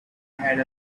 had